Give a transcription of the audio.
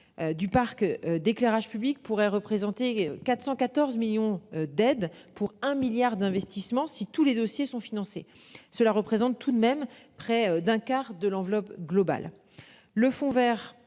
Du parc d'éclairage public pourrait représenter 414 millions d'aide pour un milliard d'investissements, si tous les dossiers sont financés, cela représente tout de même près d'un quart de l'enveloppe globale